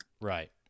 right